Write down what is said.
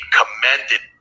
commended